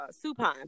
supine